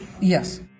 Yes